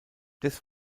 des